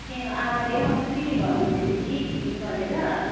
ए आमाले अस्तिदेखि भन्नु हुँदै थियो कि किनौँ भनेर